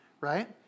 right